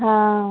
हाँ